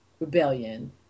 rebellion